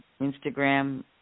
Instagram